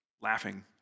laughing